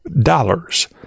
dollars